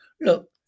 Look